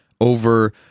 over